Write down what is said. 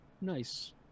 Nice